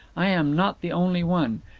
i am not the only one.